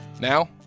Now